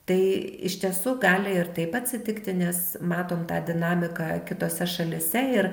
tai iš tiesų gali ir taip atsitikti nes matom tą dinamiką kitose šalyse ir